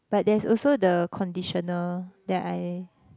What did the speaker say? but there's also the conditioner that I